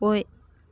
ꯑꯣꯏ